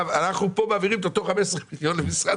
אנחנו כאן מעבירים את אותם 15 מיליון למשרד